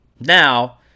Now